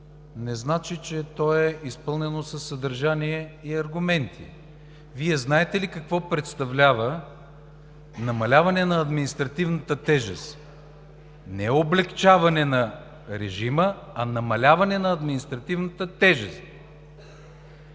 не значи, че то е изпълнено със съдържание и аргументи. Вие знаете ли какво представлява намаляване на административната тежест – не облекчаване на режима, а намаляване на административната тежест?